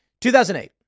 2008